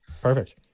perfect